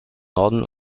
norden